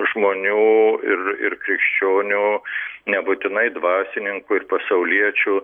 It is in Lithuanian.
žmonių ir ir krikščionių nebūtinai dvasininkų ir pasauliečių